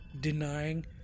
denying